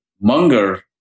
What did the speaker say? Munger